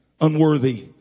unworthy